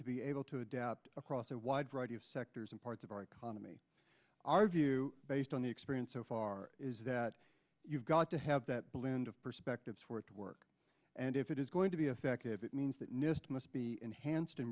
to be able to adapt across a wide variety of sectors and parts of our economy our view based on the experience so far is that you've got to have that blend of perspectives for it to work and if it is going to be effective it means that nist must be enhanced